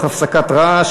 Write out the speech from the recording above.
(התקשרות בהסכמים בין-לאומיים)